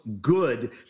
good